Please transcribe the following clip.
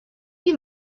you